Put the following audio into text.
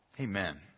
Amen